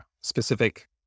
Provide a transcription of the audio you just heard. specific